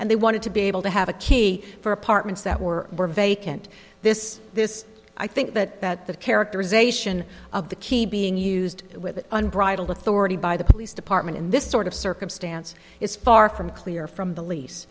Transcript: and they wanted to be able to have a key for apartments that were vacant this this i think that that the characterization of the key being used with unbridled authority by the police department in this sort of circumstance is far from clear from the